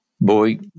boy